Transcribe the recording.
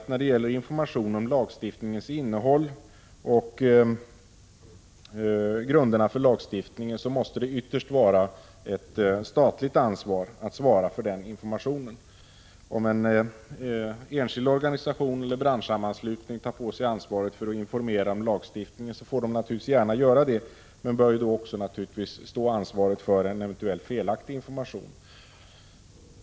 När det gäller information om lagstiftningens innehåll och grunderna för lagstiftningen måste det grundläggande ansvaret ytterst ligga på staten. Om en enskild organisation eller branschsammanslutning tar på sig ansvaret för att informera om lagstiftningen får de naturligtvis gärna göra det, men de bör då också naturligtvis stå ansvariga för en eventuellt felaktig information.